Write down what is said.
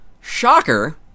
Shocker